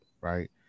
right